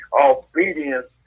obedience